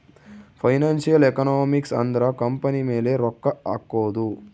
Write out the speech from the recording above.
financial economics ಅಂದ್ರ company ಮೇಲೆ ರೊಕ್ಕ ಹಕೋದು